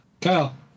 Kyle